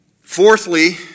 Fourthly